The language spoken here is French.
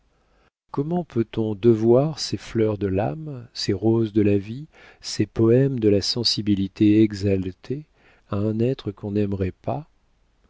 comment peut-on devoir ces fleurs de l'âme ces roses de la vie ces poèmes de la sensibilité exaltée à un être qu'on n'aimerait pas